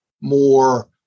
more